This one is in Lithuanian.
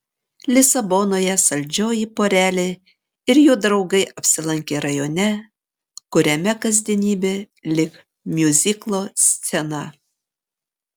lisabonoje saldžioji porelė ir jų draugai apsilankė rajone kuriame kasdienybė lyg miuziklo scena